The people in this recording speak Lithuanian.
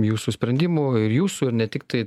jūsų sprendimų ir jūsų ir ne tiktai